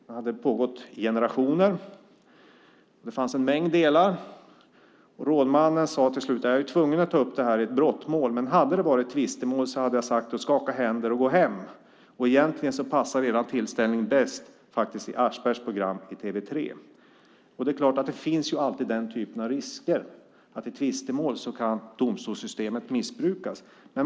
Den hade pågått i generationer. Det fanns en mängd delar i detta. Rådmannen sade till slut: Jag är ju tvungen att ta upp det här i ett brottmål, men hade det varit ett tvistemål hade jag sagt åt er att skaka hand och gå hem. Egentligen passar er tillställning bäst i Aschbergs program i TV3. Det finns alltid en risk för att domstolssystemet kan missbrukas i tvistemål.